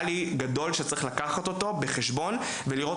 אוניברסלי שצריך לקחת אותו בחשבון ולראות